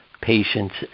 patients